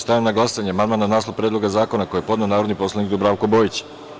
Stavljam na glasanje amandman na naslov Predloga zakona koji je podneo narodni poslanik Dubravko Bojić.